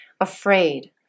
afraid